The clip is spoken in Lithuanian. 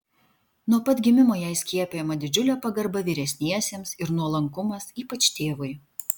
nuo pat gimimo jai skiepijama didžiulė pagarba vyresniesiems ir nuolankumas ypač tėvui